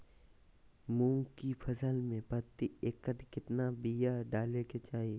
मूंग की फसल में प्रति एकड़ कितना बिया डाले के चाही?